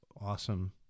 awesome